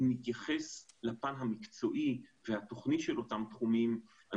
אם נתייחס לפן המקצועי והתוכני של אותם תחומים אני